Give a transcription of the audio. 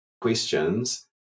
questions